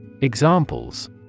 Examples